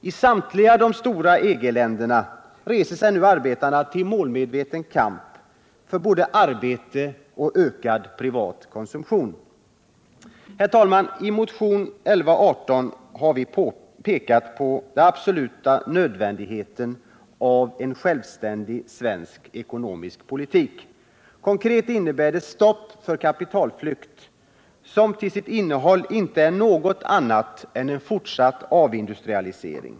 I samtliga de stora EG-länderna reser sig nu arbetarna till målmedveten kamp både för arbete och för ökad privat konsumtion. Herr talman! I motionen 1118 har vi pekat på den absoluta nödvändigheten av en självständig svensk ekonomisk politik. Konkret innebär det stopp för kapitalflykt, som till sitt innehåll inte är något annat än en fortsatt avindustrialisering.